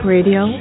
Radio